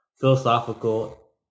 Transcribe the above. philosophical